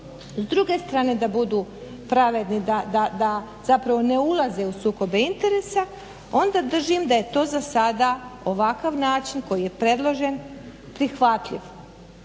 s druge strane da budu pravedni da ne ulaze u sukobe interesa onda držim da je to za sada ovakav način koji je predložen prihvatljiv.